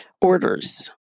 orders